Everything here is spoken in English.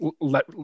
let